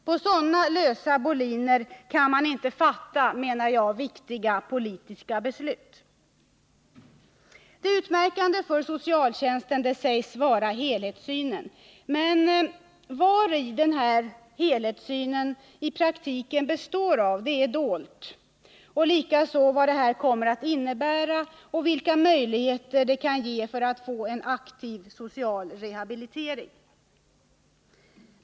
På så lösa boliner kan man inte, menar jag, fatta viktiga politiska beslut. Det utmärkande för socialtjänsten sägs vara helhetssynen. Vad denna helhetssyn i praktiken består i är dolt, likaså vad det kommer att innebära och vilka möjligheter det kan ge när det gäller strävandena att få en aktiv social rehabilitering.